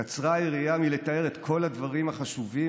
קצרה היריעה מלתאר את כל הדברים החשובים